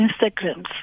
Instagrams